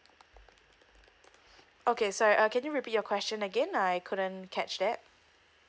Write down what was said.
okay so I uh can you repeat your question again I couldn't catch that